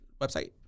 website